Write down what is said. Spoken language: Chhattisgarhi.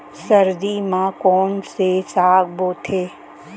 सर्दी मा कोन से साग बोथे?